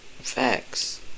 Facts